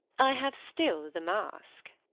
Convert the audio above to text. i have still the mask.